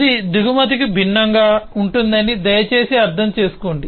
ఇది దిగుమతికి భిన్నంగా ఉంటుందని దయచేసి అర్థం చేసుకోండి